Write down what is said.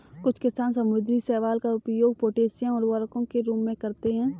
कुछ किसान समुद्री शैवाल का उपयोग पोटेशियम उर्वरकों के रूप में करते हैं